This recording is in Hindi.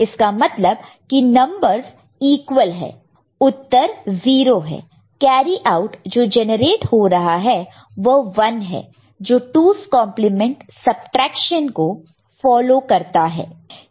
इसका मतलब कि नंबरस ईक्वल है उत्तर 0 है कैरी आउट जो जेनरेट हो रहा है वह 1 है जो 2's कंप्लीमेंट सबट्रैक्शन2's complement subtraction को फॉलो करता है